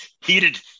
Heated